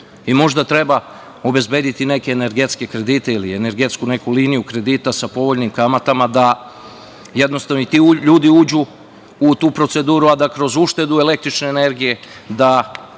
Možda treba obezbediti neke energetske kredite ili energetsku neku liniju kredita sa povoljnim kamatama, da jednostavno i ti ljudi uđu u tu proceduru, a da kroz uštedu električne energije, da